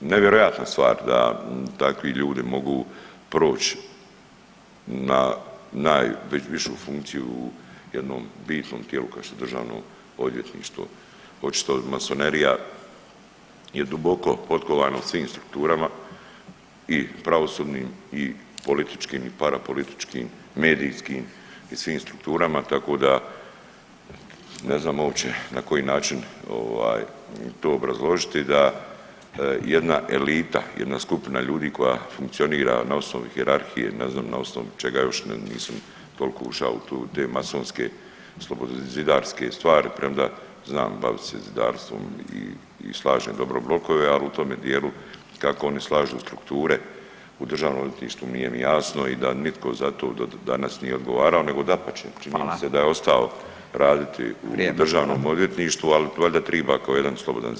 Nevjerojatna stvar da takvi ljudi mogu proć na najvišu funkciju u jednom bivšem tijelu kao što je državno odvjetništvo, očito masonerija je duboko potkovana u svim strukturama i pravosudnim i političkim i parapolitičkim, medijskim i svim strukturama, tako da ne znam uopće na koji način ovaj to obrazložiti da jedna elita, jedna skupina ljudi koja funkcionira na osnovi hijerarhije, ne znam na osnovu čega još nisam toliko ušao u te masonske slobodo zidarske stvari premda znam bavit se zidarstvom i slažem dobro blokove, al u tome dijelu kako oni slažu strukture u državnom odvjetništvu nije mi jasno i da nitko za to do danas nije odgovarao nego dapače čini mi se da je ostao raditi u državnom odvjetništvu, ali valjda triba kao jedan slobodan zidar.